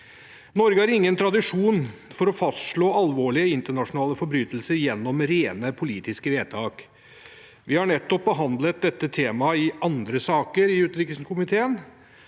Norge har ingen tradisjon for å fastslå alvorlige internasjonale forbrytelser gjennom rene politiske vedtak. Vi har nettopp behandlet dette temaet i andre saker i utenrikskomiteen,